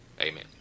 Amen